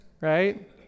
right